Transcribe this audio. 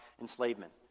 enslavement